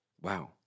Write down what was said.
Wow